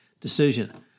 decision